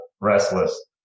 restless